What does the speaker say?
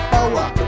Power